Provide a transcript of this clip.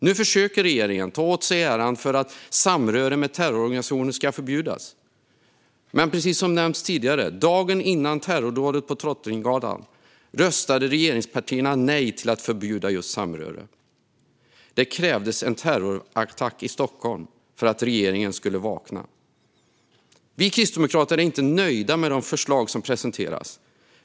Nu försöker regeringen ta åt sig äran för att samröre med terrororganisationer ska förbjudas. Men precis som nämnts tidigare: Dagen innan terrordådet på Drottninggatan röstade regeringspartierna nej till att förbjuda just samröre. Det krävdes en terrorattack i Stockholm för att regeringen skulle vakna. Vi kristdemokrater är inte nöjda med de förslag som presenterats.